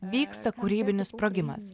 vyksta kūrybinis sprogimas